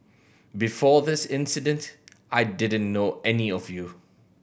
before this incident I didn't know any of you